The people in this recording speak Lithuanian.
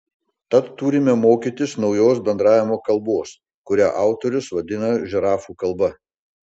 tad turime mokytis naujos bendravimo kalbos kurią autorius vadina žirafų kalba